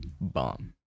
Bomb